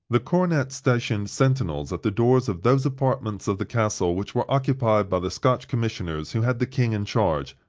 the cornet stationed sentinels at the doors of those apartments of the castle which were occupied by the scotch commissioners who had the king in charge,